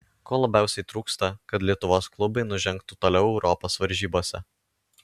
ko labiausiai trūksta kad lietuvos klubai nužengtų toliau europos varžybose